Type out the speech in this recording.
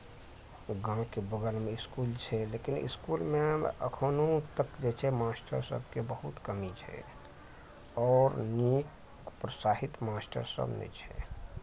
गाँवके बगलम इसकुल छै लेकिन इसकुलमे अखनो तक जे छै मास्टर सबके बहुत कमी छै आओर नीक प्रोत्साहित मास्टर सभ नहि छै